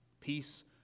Peace